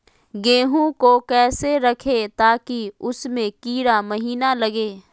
गेंहू को कैसे रखे ताकि उसमे कीड़ा महिना लगे?